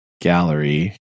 Gallery